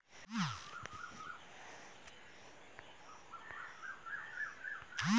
क्या मैं प्रधानमंत्री उज्ज्वला योजना के लिए आवेदन कर सकता हूँ?